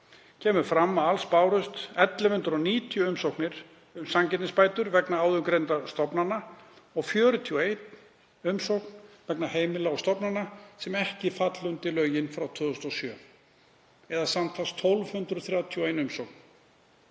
kemur fram að alls bárust 1.190 umsóknir um sanngirnisbætur vegna áðurgreindra stofnana og 41 vegna heimila og stofnana sem ekki falla undir lög frá 2007, eða samtals 1.231 umsókn.